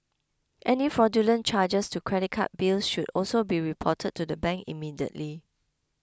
any fraudulent charges to credit card bills should also be reported to the bank immediately